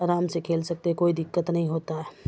آرام سے کھیل سکتے کوئی دقت نہیں ہوتا ہے